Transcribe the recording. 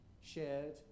shared